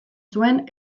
zuen